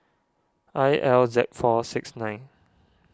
I L Z four six nine